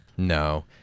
No